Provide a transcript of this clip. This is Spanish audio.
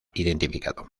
identificado